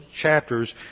chapters